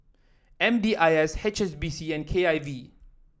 M D I S H S B C and K I V